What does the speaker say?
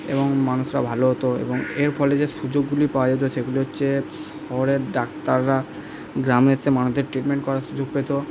এবং মানুষরা ভালো হতো এবং এর ফলে যে সুযোগগুলি পাওয়া যেতো সেগুলি হচ্ছে শহরের ডাক্তাররা গ্রামে এসে মানুষদের ট্রিটমেন্ট করার সুযোগ পেতো